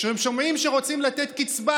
כשהם שומעים שרוצים לתת קצבה,